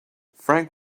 frank